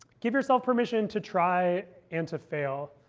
give yourself permission to try and to fail.